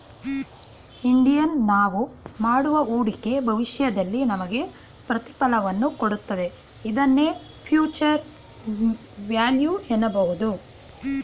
Indian ನಾವು ಮಾಡುವ ಹೂಡಿಕೆ ಭವಿಷ್ಯದಲ್ಲಿ ನಮಗೆ ಪ್ರತಿಫಲವನ್ನು ಕೊಡುತ್ತದೆ ಇದನ್ನೇ ಫ್ಯೂಚರ್ ವ್ಯಾಲ್ಯೂ ಎನ್ನಬಹುದು